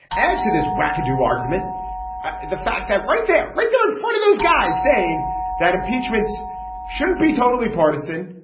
add to this wackadoo argument the fact that right there, right so in front of those guys saying that impeachments shouldn't be totally partisan.